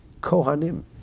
kohanim